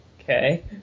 Okay